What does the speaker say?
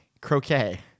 Croquet